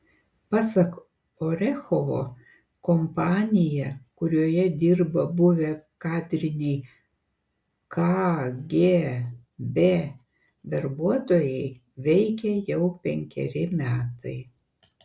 pasak orechovo kompanija kurioje dirba buvę kadriniai kgb darbuotojai veikia jau penkeri metai